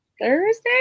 Thursday